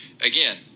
again